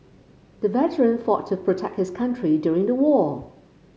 the veteran fought to protect his country during the war